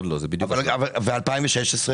ומה לגבי 2016?